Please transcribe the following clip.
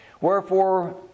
Wherefore